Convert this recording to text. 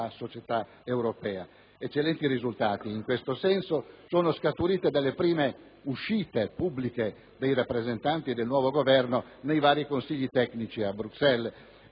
società europea. Eccellenti risultati in questo senso sono scaturiti dalle prime uscite pubbliche dei rappresentanti del nuovo Governo nei vari consigli tecnici a Bruxelles.